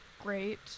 great